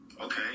Okay